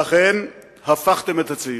ואכן הפכתם את הצעירים.